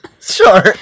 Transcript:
sure